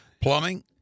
Plumbing